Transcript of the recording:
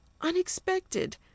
unexpected